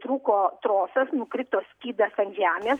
trūko trosas nukrito skydas ant žemės